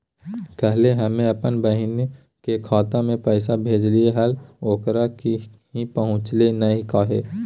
कल्हे हम अपन बहिन के खाता में पैसा भेजलिए हल, ओकरा ही पहुँचलई नई काहे?